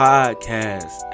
Podcast